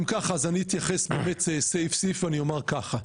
אם ככה אז אני אתייחס באמת סעיף סעיף ואני אומר ככה,